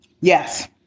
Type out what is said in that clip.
Yes